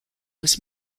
was